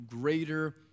greater